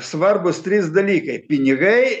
svarbūs trys dalykai pinigai